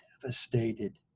devastated